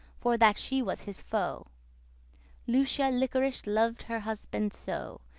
for that she was his foe lucia liquorish lov'd her husband so,